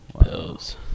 Pills